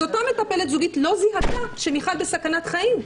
אז אותה מטפלת זוגית לא זיהתה שמיכל בסכנת חיים.